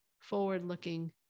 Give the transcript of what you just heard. forward-looking